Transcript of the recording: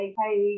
hey